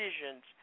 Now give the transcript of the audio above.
decisions